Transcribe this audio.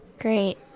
Great